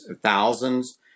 thousands